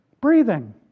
Breathing